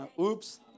Oops